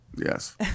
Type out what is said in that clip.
Yes